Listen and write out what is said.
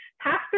pastor